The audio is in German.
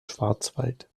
schwarzwald